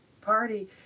party